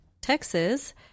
Texas